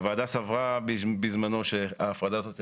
הוועדה סברה בזמנו שההפרדה הזאת היא